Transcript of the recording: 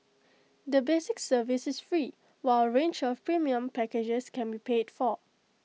the basic service is free while A range of premium packages can be paid for